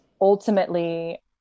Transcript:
ultimately